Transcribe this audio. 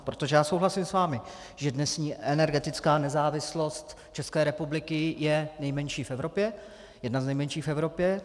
Protože já souhlasím s vámi, že dnešní energetická nezávislost České republiky je nejmenší v Evropě, jedna z nejmenších v Evropě.